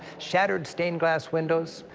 shattered stained-glass windows,